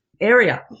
area